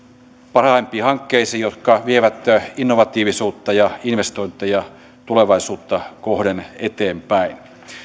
parhaimpiin hankkeisiin jotka vievät innovatiivisuutta ja investointeja tulevaisuutta kohden eteenpäin